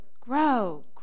grow